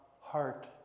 heart